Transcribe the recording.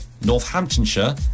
northamptonshire